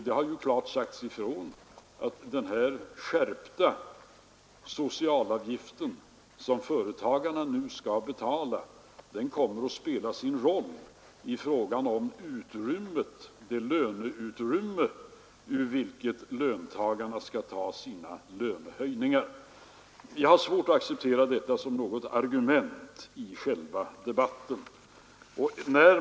Det har klart sagts ifrån att den skärpta socialavgiften, som företagarna nu skall betala, kommer att spela sin roll i frågan om det löneutrymme ur vilket löntagarna skall ta sina lönehöjningar. Jag har svårt att acceptera detta som något argument i själva debatten.